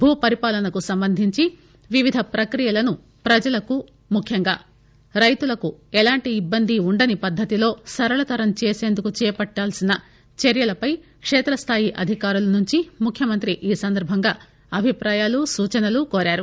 భూపరిపాలనకు సంబంధించి వివిధ ప్రక్రియలను ప్రజలకు ముఖ్యంగా రైతులకు ఎలాంటి ఇబ్బంది ఉండని పద్దతిలో సరళతరం చేసేందుకు చేపట్టాల్సిన మంత్రులకై కేత్రస్గాయి అధికారులు నుంచి ముఖ్యమంత్రి ఈ సందర్బంగా అభిప్రాయాలు సూచనలు కోరారు